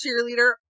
cheerleader